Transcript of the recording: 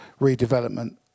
redevelopment